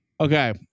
Okay